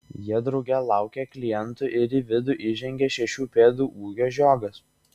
jie drauge laukia klientų ir į vidų įžengia šešių pėdų ūgio žiogas